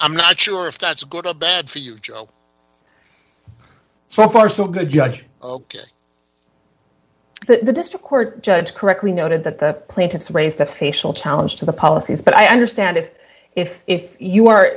i'm not sure if that's good or bad for you joe so far so good judge the district court judge correctly noted that the plaintiffs raise that challenge to the policies but i understand it if if you are